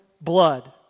blood